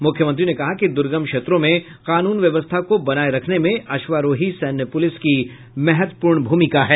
मुख्यमंत्री ने कहा कि दुर्गम क्षेत्रों में कानून व्यवस्था को बनाये रखने में अश्वारोही सैन्य पुलिस की महत्वपूर्ण भूमिका है